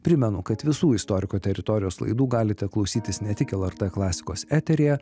primenu kad visų istoriko teritorijos laidų galite klausytis ne tik lrt klasikos eteryje